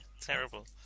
Terrible